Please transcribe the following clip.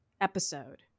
episode